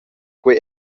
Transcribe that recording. quei